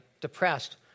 depressed